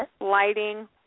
lighting